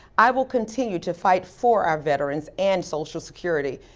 i will continue to fight for our veterans and social security.